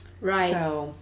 Right